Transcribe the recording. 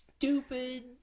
stupid